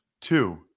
two